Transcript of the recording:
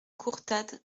courtade